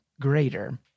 greater